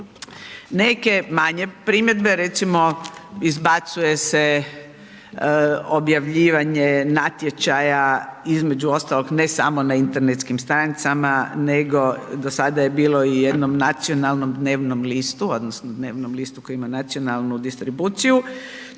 Neke manje primjedbe, recimo izbacuje se objavljivanje natječaja između ostalog ne samo na internetskim stranicama, nego do sada je bilo i u jednom nacionalnom dnevnom listu, odnosno dnevnom listu koji nacionalnu distribuciju,